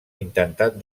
intentat